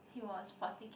he was prosecuted